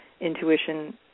intuition